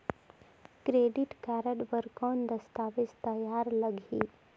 Credit card बर कौन दस्तावेज तैयार लगही?